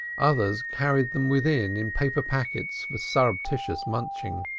others carried them within in paper packets for surreptitious munching.